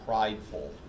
prideful